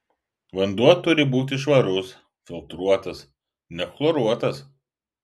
vanduo turi būti švarus filtruotas nechloruotas